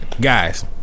Guys